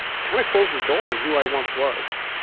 kind of closed the door on who i once was.